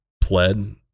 pled